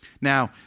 Now